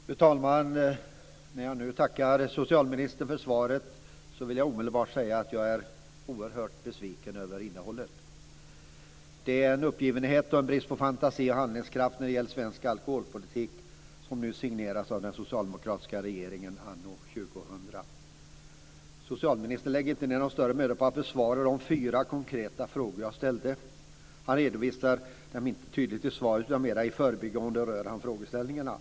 Fru talman! När jag nu tackar socialministern för svaret vill jag omedelbart säga att jag är oerhört besviken över innehållet. Det är en uppgivenhet och brist på fantasi och handlingskraft när det gäller svensk alkoholpolitik som nu, anno 2000, signeras av den socialdemokratiska regeringen. Socialministern lägger inte ned någon större möda på att besvara de fyra konkreta frågor som jag ställde. Han redovisar dem inte tydligt i svaret, utan mer i förbigående berör han frågeställningarna.